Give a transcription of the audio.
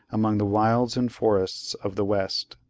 among the wilds and forests of the west.